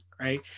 right